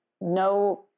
no